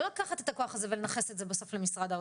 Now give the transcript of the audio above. לא לקחת את הכוח הזה ולנכס את זה בסוף למשרד האוצר.